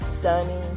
stunning